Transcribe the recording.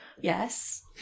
Yes